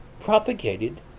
propagated